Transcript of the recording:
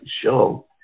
show